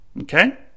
Okay